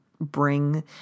bring